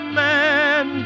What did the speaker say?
man